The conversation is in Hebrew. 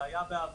זה היה בעבר